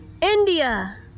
india